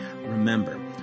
Remember